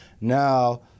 now